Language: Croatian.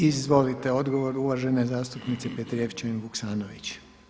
Izvolite odgovor uvažene zastupnice Petrijevčanin Vuksanović.